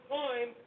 time